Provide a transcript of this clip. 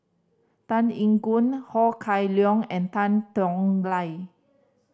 Tan Eng Yoon Ho Kah Leong and Tan Tong Hye